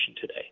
today